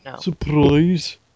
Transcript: Surprise